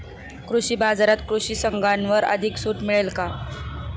कृषी बाजारात कृषी साधनांवर अधिक सूट मिळेल का?